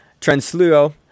Transluo